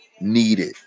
needed